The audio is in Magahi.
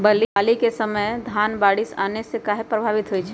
बली क समय धन बारिस आने से कहे पभवित होई छई?